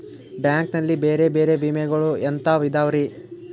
Bank ನಲ್ಲಿ ಬೇರೆ ಬೇರೆ ವಿಮೆಗಳು ಎಂತವ್ ಇದವ್ರಿ?